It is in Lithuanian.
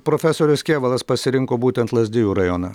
profesorius kėvalas pasirinko būtent lazdijų rajoną